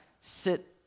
sit